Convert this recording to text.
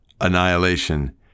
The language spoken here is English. annihilation